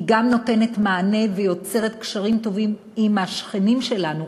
היא גם נותנת מענה ויוצרת קשרים טובים עם השכנים שלנו,